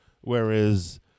Whereas